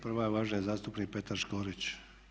Prva je uvaženi zastupnik Petar Škorić.